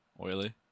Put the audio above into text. oily